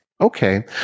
Okay